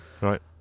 Right